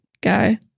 guy